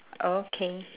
okay